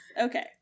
okay